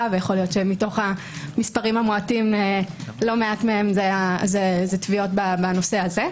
ויכול להיות שמתוך המספרים המועטים לא מעט מהם זה תביעות בנושא הזה.